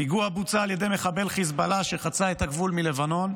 הפיגוע בוצע על ידי מחבל חיזבאללה שחצה את הגבול מלבנון,